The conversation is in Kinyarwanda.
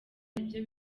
nibyo